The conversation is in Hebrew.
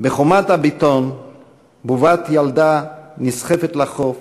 בחומת הבטון / בובת ילדה נסחפת לחוף.